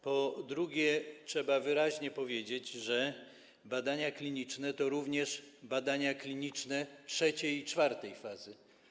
Po drugie, trzeba wyraźnie powiedzieć, że badania kliniczne to również badania kliniczne trzeciej i czwartej fazy.